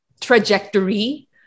trajectory